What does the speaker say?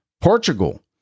Portugal